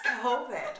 COVID